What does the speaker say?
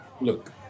look